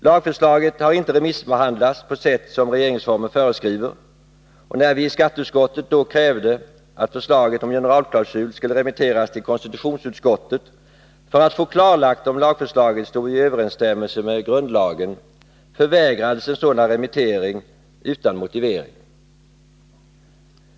Lagförslaget har inte remissbehandlats på sätt som regeringsformen föreskriver, och när vi i skatteutskottet krävde att förslaget om generalklausul skulle remitteras till konstitutionsutskottet för att få klarlagt om lagförslaget stod i överensstämmelse med grundlagen, förvägrades vi en sådan remittering utan motivering.